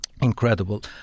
incredible